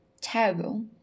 terrible